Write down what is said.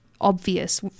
obvious